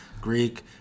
Greek